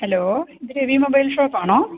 hello ഇത് Ravi mobile shop ആണോ